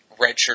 redshirt